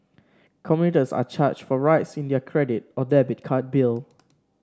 commuters are charged for rides in their credit or debit card bill